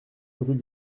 rue